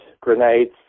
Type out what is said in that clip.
grenades